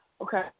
Okay